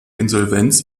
insolvenz